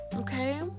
Okay